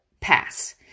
pass